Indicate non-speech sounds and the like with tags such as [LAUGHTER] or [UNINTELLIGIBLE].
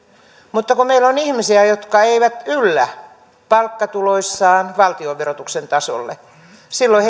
mutta kun meillä on ihmisiä jotka eivät yllä palkkatuloissaan valtionverotuksen tasolle silloin [UNINTELLIGIBLE]